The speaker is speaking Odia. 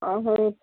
ହଁ ହେଉ